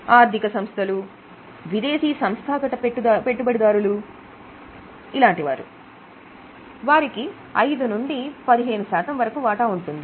ఆర్థిక సంస్థలు విదేశీ సంస్థాగత పెట్టుబడిదారులు వారికి 5 నుండి 15 శాతం వరకు వాటా ఉంటుంది